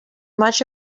much